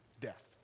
death